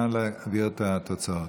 נא להחזיר את התוצאות.